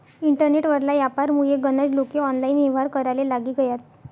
internet वरला यापारमुये गनज लोके ऑनलाईन येव्हार कराले लागी गयात